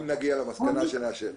אם נגיע למסקנה שנאשר.